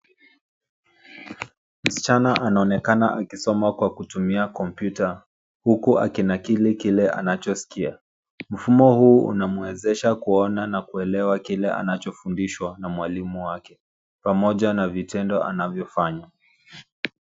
Msichana anaonekana akisoma kwa kutumia kompyuta huku akinakili kile anachosikia. Mfumo huu unamwezesha kuona na kuelewa kile anachofundishwa na mwalimu wake pamoja na vitendo anavyofanya.